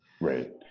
Right